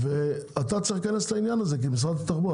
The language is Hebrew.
אתה צריך להיכנס לעניין הזה כמשרד התחבורה,